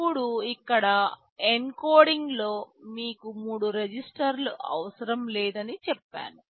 ఇప్పుడు ఇక్కడ ఎన్కోడింగ్లో మీకు మూడు రిజిస్టర్లు అవసరం లేదని చెప్పాను